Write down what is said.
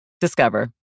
Discover